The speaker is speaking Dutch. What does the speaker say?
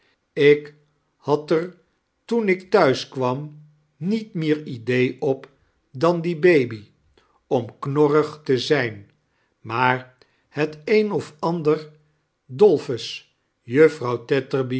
ik had er toen ik thuis kwam niet meer idee op dan die baby om knorrig te zijn maar het een of ander dolphus juffrouw